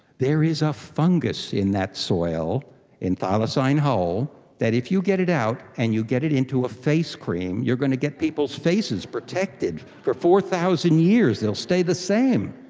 there is a fungus in that soil in thylacine hole that if you get it out and you get it into a face cream, you're going to get people's faces protected for four thousand years, they'll stay the same.